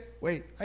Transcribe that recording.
wait